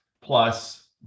plus